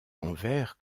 anvers